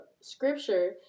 scripture